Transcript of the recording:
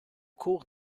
cours